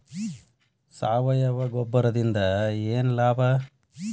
ಸಾವಯವ ಗೊಬ್ಬರದಿಂದ ಏನ್ ಲಾಭ?